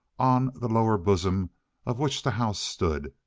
on the lower bosom of which the house stood,